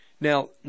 Now